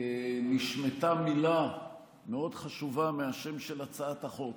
נשמטה מילה מאוד חשובה מהשם של הצעת החוק.